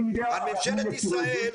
על ממשלת ישראל,